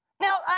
Now